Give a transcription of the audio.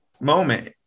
moment